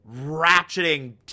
ratcheting